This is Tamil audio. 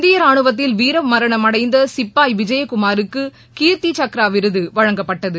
இந்திய ராணுவத்தில் வீரமரணம் அடைந்த சிப்பாய் விஜயகுமாருக்கு கீர்த்தி சக்ரா விருது வழங்கப்பட்டது